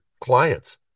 clients